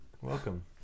welcome